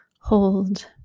hold